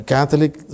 Catholic